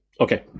Okay